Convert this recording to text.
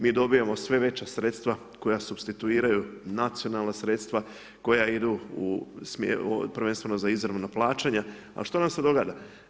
Mi dobijemo sve veća sredstva koja supstituiraju nacionalna sredstva, koja idu prvenstveno za izravna plaćanja, a što nam se događa.